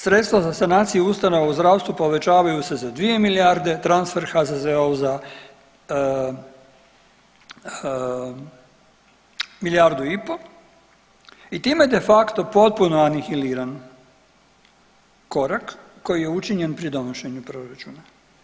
Sredstva za sanaciju ustanova u zdravstvu povećavaju se za 2 milijarde transfer HZZO-u za milijardu i po i time de facto potpuno anihiliran korak koji je učinjen pri donošenju proračuna.